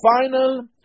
final